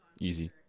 Easy